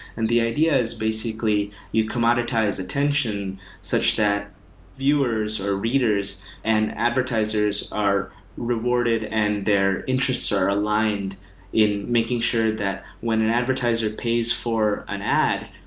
and the ideas basically you commoditize attention such that viewers or readers and advertisers are rewarded and their interests are aligned in making sure that when an advertiser pays for an ad,